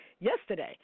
yesterday